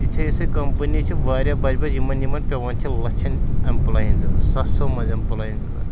یِژھے یِژھے کَمپٔنی چھِ واریاہ بَجہِ بَجہِ یِمَن یِمَن پٮ۪وان چھِ لَچھَن اٮ۪مپٕلایِن ضوٚرتھ ساسو منٛز اٮ۪مپٕلایِن ضوٚرَتھ